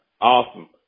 awesome